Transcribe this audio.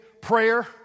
prayer